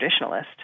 traditionalist